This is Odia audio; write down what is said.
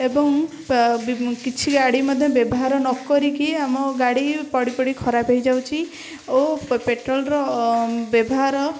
ଏବଂ କିଛି ଗାଡ଼ି ମଧ୍ୟ ବ୍ୟବହାର ନ କରିକି ଆମ ଗାଡ଼ି ପଡ଼ି ପଡ଼ି ଖରାପ ହେଇ ଯାଉଛି ଓ ପେଟ୍ରୋଲର ବ୍ୟବହାର